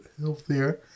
healthier